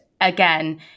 again